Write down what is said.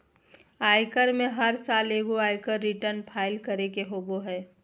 आयकर में हर साल एगो आयकर रिटर्न फाइल करे के होबो हइ